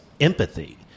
empathy